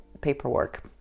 paperwork